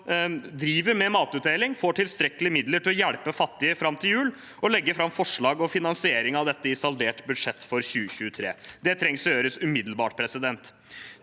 driver med matutdeling, får tilstrekkelige midler til å hjelpe fattige fram til jul, og legge fram forslag om finansiering av dette i saldert budsjett for 2023. Det trengs å gjøres umiddelbart. Tidligere